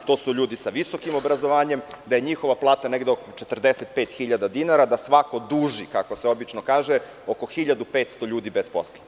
To su ljudi sa visokim obrazovanjem, njihova plata je negde oko 45.000 dinara, da svako duži, kako se obično kaže, oko 1.500 ljudi bez posla.